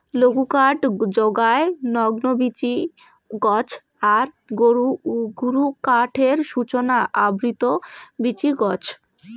লঘুকাঠ যোগায় নগ্নবীচি গছ আর গুরুকাঠের সূচনা আবৃত বীচি গছ